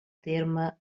terme